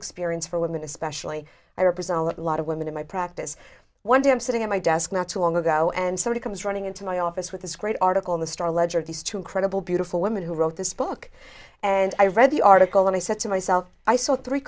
experience for women especially i represent a lot of women in my practice one day i'm sitting at my desk not too long ago and sort of comes running into my office with this great article in the star ledger these two incredible beautiful women who wrote this book and i read the article and i said to myself i saw three